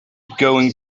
going